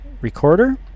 recorder